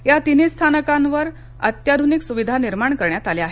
या तिन्ही स्थानकांवर अत्याध्रनिक सुविधा निर्माण करण्यात आल्या आहेत